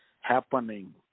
happening